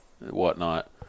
whatnot